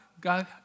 God